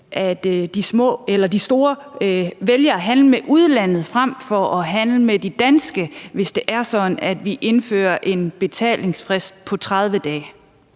at de store vælger at handle med udlandet frem for at handle med de danske virksomheder, hvis det er sådan, at vi indfører en betalingsfrist på 30 dage.